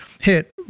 hit